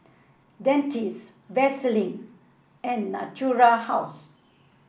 Dentiste Vaselin and Natura House